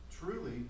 truly